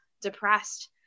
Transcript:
depressed